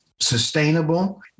sustainable